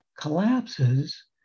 collapses